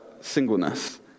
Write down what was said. singleness